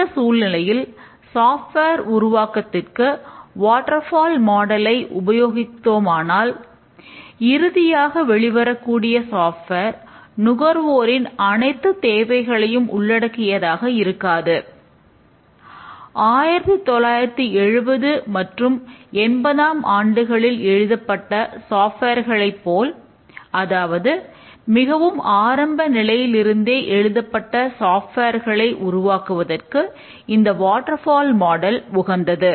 இந்த சூழ்நிலையில் சாப்ட்வேர் உருவாக்கத்துக்கு வாட்டர்ஃபால் மாடலை உகந்தது